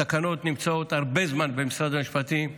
התקנות נמצאות הרבה זמן במשרד המשפטים.